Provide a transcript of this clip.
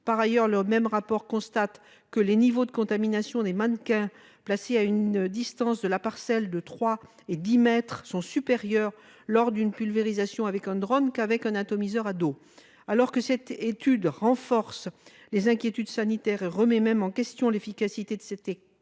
Par ailleurs, le même rapport constate que « les niveaux de contamination des mannequins, placés à une distance de la parcelle de 3 et 10 mètres, sont supérieurs lors d'une pulvérisation avec un drone en comparaison avec un atomiseur à dos ». Alors que cette étude renforce les inquiétudes sanitaires et remet même en question l'efficacité de cette technique,